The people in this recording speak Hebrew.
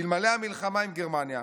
אלמלא המלחמה עם גרמניה,